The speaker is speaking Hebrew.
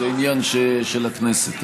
זה עניין של הכנסת,